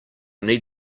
need